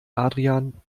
adrian